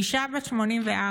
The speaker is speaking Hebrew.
אישה בת 84,